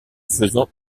faisant